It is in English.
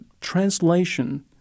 translation